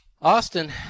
Austin